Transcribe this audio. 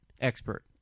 expert